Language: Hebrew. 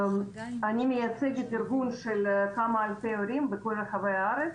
אני מייצגת ארגון של כמה אלפי הורים בכל רחבי הארץ